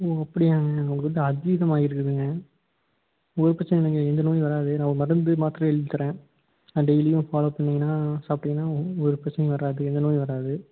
ஓ அப்படியாங்க உங்களுக்கு வந்து அஜீரணம் ஆயிருக்குதுங்க ஒரு பிரச்சனையும் இல்லைங்க எந்த நோயும் வராது நான் ஒரு மருந்து மாத்தரை எழுதித்தரேன் அதை டெய்லியும் ஃபாலோவ் பண்ணிங்கன்னா சாப்பிட்டிங்கன்னா ஒ ஒரு பிரச்சனையும் வராது எந்த நோயும் வராது